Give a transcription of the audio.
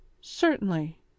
Certainly